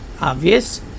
Obvious